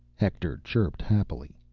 hector chirped happily.